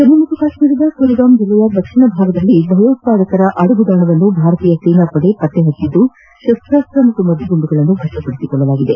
ಜಮ್ಮು ಮತ್ತು ಕಾಶ್ಮೀರದ ಕುಲ್ಗಾಮ್ ಜಿಲ್ಲೆಯ ದಕ್ಷಿಣ ಭಾಗದಲ್ಲಿ ಭಯೋತ್ವಾದಕರ ಅಡಗು ತಾಣವನ್ನು ಭಾರತೀಯ ಸೇನಾ ಪಡೆ ಪತ್ತೆಹಚ್ಚಿದ್ದು ಶಸ್ತಾಸ್ತ್ರ ಹಾಗೂ ಮದ್ದುಗುಂಡುಗಳನ್ನು ವಶಪಡಿಸಿಕೊಂಡಿದೆ